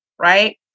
right